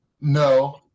No